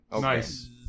Nice